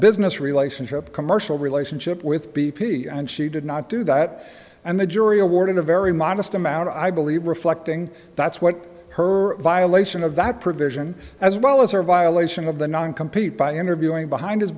business relationship commercial relationship with b p and she did not do that and the jury awarded a very modest amount i believe reflecting that's what her violation of that provision as well as her violation of the non compete by interviewing behind his